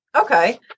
okay